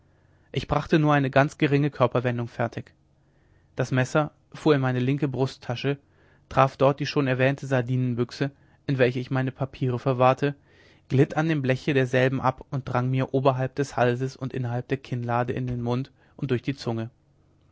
ich brachte nur eine ganz geringe körperwendung fertig das messer fuhr in meine linke brusttasche traf dort die schon erwähnte sardinenbüchse in welcher ich meine papiere verwahrte glitt an dem bleche derselben ab und drang mir oberhalb des halses und innerhalb der kinnlade in den mund und durch die zunge